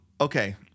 Okay